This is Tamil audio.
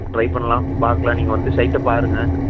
ட்ரை பண்ணலாம் பார்க்கலாம் நீங்கள் வந்து சைட்டை பாருங்கள்